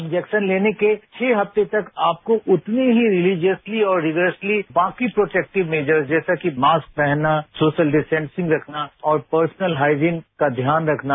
injection लेने के छह हफ्ते के तक आपको उतनी ही रिलीजियसली और रिवेसली बाकी प्रोटेक्टिव मेजर्स कि मास्क पहनना सोशल डिस्टेंसिंग रखना और पर्सनल हाइजिंग का ध्यान रखना